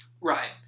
Right